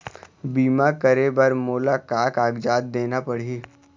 बीमा करे बर मोला का कागजात देना पड़ही?